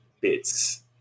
bits